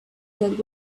that